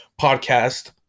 podcast